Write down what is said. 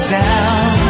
down